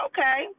Okay